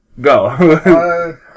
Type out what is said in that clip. Go